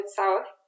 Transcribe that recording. south